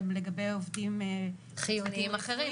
גם לגבי עובדים לצוותים רפואיים,